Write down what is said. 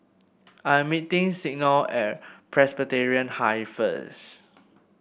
I'm meeting Signe at Presbyterian High first